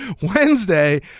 Wednesday